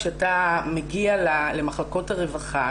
כשאתה מגיע למחלקות הרווחה,